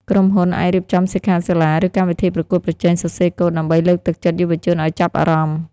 ក្រុមហ៊ុនអាចរៀបចំសិក្ខាសាលា ឬកម្មវិធីប្រកួតប្រជែងសរសេរកូដដើម្បីលើកទឹកចិត្តយុវជនឱ្យចាប់អារម្មណ៍។